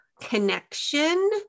connection